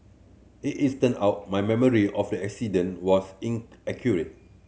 it is turned out my memory of accident was inaccurate